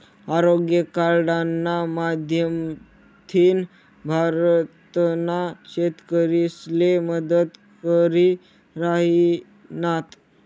आरोग्य कार्डना माध्यमथीन भारतना शेतकरीसले मदत करी राहिनात